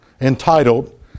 entitled